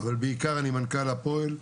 אבל בעיקר אני מנכ"ל הפועל.